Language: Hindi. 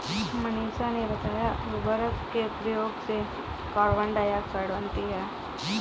मनीषा ने बताया उर्वरक के प्रयोग से कार्बन डाइऑक्साइड बनती है